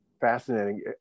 Fascinating